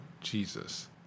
Jesus